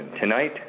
Tonight